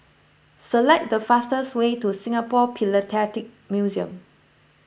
select the fastest way to Singapore Philatelic Museum